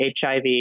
hiv